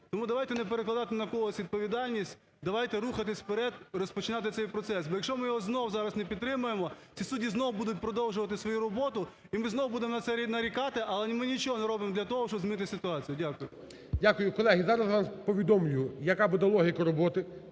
Тому давайте не перекладати на когось відповідальність, давайте рухатися вперед, розпочинати цей процес. Бо, якщо ми його знову зараз не підтримаємо, ці судді знову будуть продовжувати свою роботу і ми знову будемо на це нарікати. Але ми нічого не робимо для того, щоб змінити ситуацію. Дякую. ГОЛОВУЮЧИЙ. Дякую. Колеги, зараз я вам повідомлю яка буде логіка роботи.